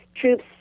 troops